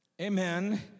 Amen